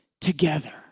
together